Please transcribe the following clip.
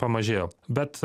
pamažėjo bet